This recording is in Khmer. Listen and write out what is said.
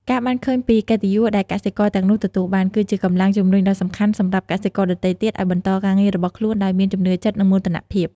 ការបានឃើញពីកិត្តិយសដែលកសិករទាំងនោះទទួលបាន គឺជាកម្លាំងជំរុញដ៏សំខាន់សម្រាប់កសិករដទៃទៀតឲ្យបន្តការងាររបស់ខ្លួនដោយមានជំនឿចិត្ត និងមោទនភាព។